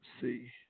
See